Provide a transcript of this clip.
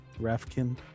Rafkin